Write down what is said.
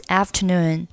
afternoon